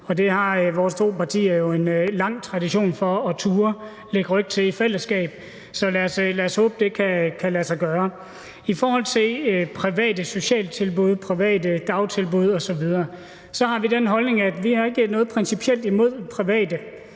det har vores to partier jo en lang tradition for at turde lægge ryg til i fællesskab. Så lad os håbe, det kan lade sig gøre. I forhold til private socialtilbud og private dagtilbud osv. har vi den holdning, at vi ikke har noget principielt imod private